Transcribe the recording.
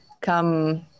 come